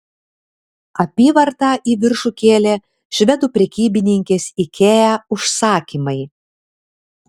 apyvartą į viršų kėlė švedų prekybininkės ikea užsakymai